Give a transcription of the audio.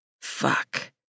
Fuck